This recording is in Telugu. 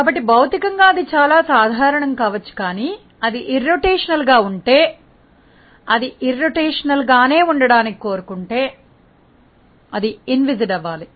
కాబట్టి భౌతికంగా అది చాలా సాధారణం కావచ్చు కానీ అది ఉంటే అది భ్రమణ రహితం గా ఉంటే అది భ్రమణ రహితం గానే ఉండటానికి కోరుకుంటే అది ఇన్విస్విడ్ అవ్వాలి